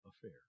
affair